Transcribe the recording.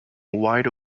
wide